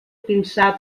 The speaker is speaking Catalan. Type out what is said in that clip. pinsà